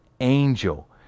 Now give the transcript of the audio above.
angel